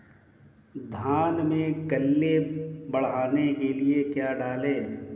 धान में कल्ले बढ़ाने के लिए क्या डालें?